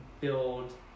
build